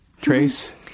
trace